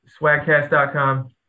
swagcast.com